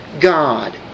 God